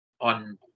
on